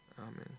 amen